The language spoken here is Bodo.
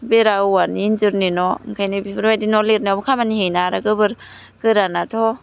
बेरा औवानि इन्जुरनि न' ओंखायनो बिफोरबायदि न' लिरनायावबो खामानि होयो ना आरो गोबोर गोरानआथ'